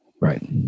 right